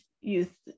youth